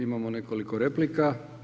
Imamo nekoliko replika.